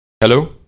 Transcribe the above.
hello